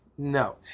No